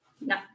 no